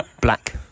Black